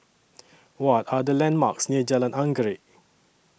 What Are The landmarks near Jalan Anggerek